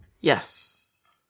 Yes